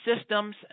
systems